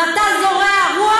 ואתה זורע רוח וקוצר סופה.